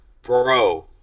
Bro